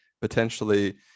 potentially